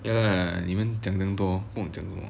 ya lah 你们讲那么多不懂讲什么